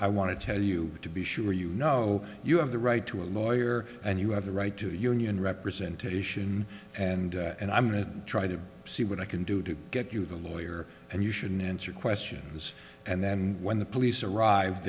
i want to tell you to be sure you know you have the right to a lawyer and you have the right to union representation and and i'm going to try to see what i can do to get you the lawyer and you shouldn't answer questions and then when the police arrived